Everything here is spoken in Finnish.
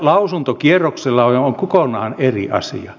lausuntokierroksella on kokonaan eri asia